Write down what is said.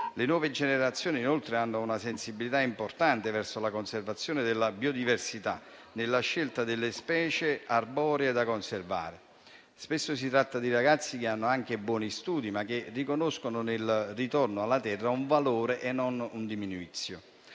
Le nuove generazioni inoltre hanno una sensibilità importante verso la conservazione della biodiversità, nella scelta delle specie arboree da conservare. Spesso si tratta di ragazzi che hanno anche buoni studi, ma che riconoscono nel ritorno alla terra un valore e non una *diminutio*.